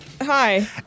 Hi